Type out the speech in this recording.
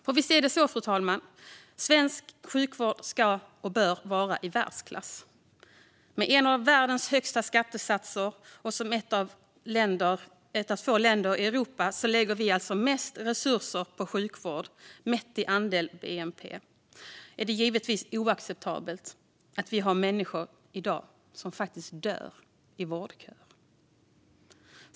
Fru talman! Svensk sjukvård ska vara i världsklass. När Sverige har en av världens högsta skattesatser och är ett av de länder i Europa som lägger mest resurser på sjukvård mätt i andel av bnp är det givetvis oacceptabelt att det i dag finns människor som dör i vårdköer.